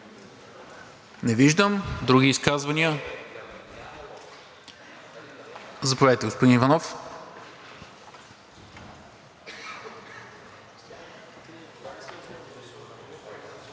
Не виждам. Други изказвания? Заповядайте, господин Иванов.